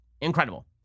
incredible